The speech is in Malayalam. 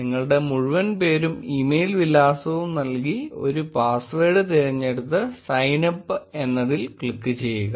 നിങ്ങളുടെ മുഴുവൻ പേരും ഇമെയിൽ വിലാസവും നൽകി ഒരു പാസ്വേഡ് തിരഞ്ഞെടുത്ത് സൈൻ അപ്പ് എന്നതിൽ ക്ലിക്ക് ചെയ്യുക